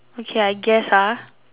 okay I guess ah